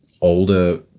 older